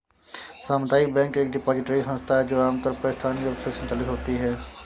सामुदायिक बैंक एक डिपॉजिटरी संस्था है जो आमतौर पर स्थानीय रूप से संचालित होती है